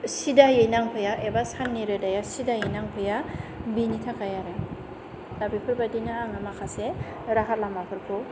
सिदायै नांफैया एबा साननि रोदाया सिदायै नांफैया बिनि थाखाय आरो दा बेफोरबादिनो आङो माखासे राहा लामाफोरखौ